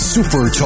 Super